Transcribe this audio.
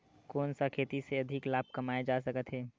कोन सा खेती से अधिक लाभ कमाय जा सकत हे?